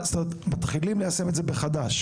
זאת אומרת, מתחילים ליישם את זה בחדש.